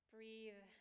Breathe